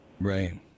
Right